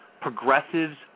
progressives